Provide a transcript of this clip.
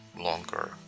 longer